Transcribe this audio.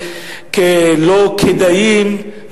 כלא-כדאיים,